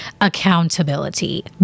accountability